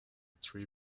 three